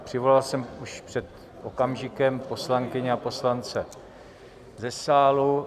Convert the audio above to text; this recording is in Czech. Přivolal jsem už před okamžikem poslankyně a poslance do sálu.